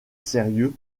sérieux